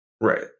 right